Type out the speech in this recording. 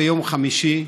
ביום חמישי,